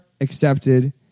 accepted